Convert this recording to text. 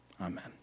amen